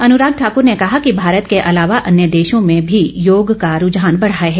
अनुराग ठाक्र ने कहा कि भारत के अलावा अन्य देशों में भी योग का रूझान बढ़ा है